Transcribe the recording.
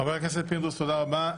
חבר הכנסת פינדרוס, תודה רבה.